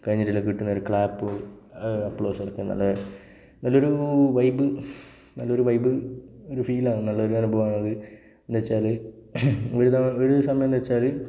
കഴിഞ്ഞിട്ടെല്ലാം കിട്ടുന്നൊരു ക്ലാപ്പും നല്ലൊരു വൈബ് നല്ലൊരു വൈബ് ഒരു ഫീൽ ആണ് നല്ലൊരു അനുഭവം എന്ന് അത് എന്നു വച്ചാൽ ഒരു തവണ ഒരു ദിവസമെന്നു വച്ചാൽ